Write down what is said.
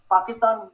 Pakistan